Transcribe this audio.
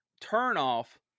turn-off